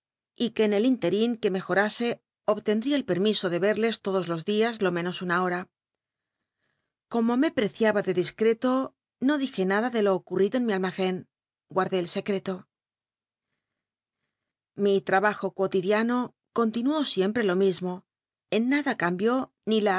y que en el intcl'in que mejorase obtendría el permiso de crlcs todos los clias lo menos una hora como me preciaba de discr'cto no dije nada de lo ocurl'ido en mi almaccn guardé el secreto mi trabajo cuotidiano continuó siempre lo mismo en nada cambió ni la